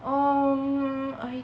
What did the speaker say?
um I